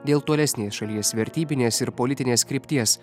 dėl tolesnės šalies vertybinės ir politinės krypties